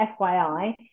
fyi